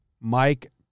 Mike